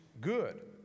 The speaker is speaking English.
good